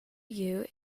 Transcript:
you